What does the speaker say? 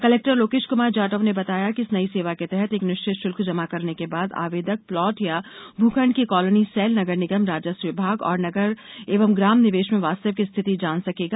collector Lokesh Kumar Jatav ने बताया कि इस नई सेवा के तहत एक निश्चित शुल्क जमा करने के बाद आवेदक प्लाट या भूखंड की कॉलोनी सेल नगर निगम राजस्व विभाग और नगर एवं ग्राम निवेश में वास्तविक स्थिति जान सकेगा